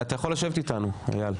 איל זנדברג.